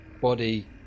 body